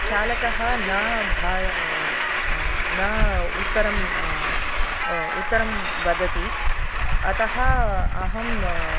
चालकः ना भा म न उत्तरम् उत्तरं वदति अतः अहम्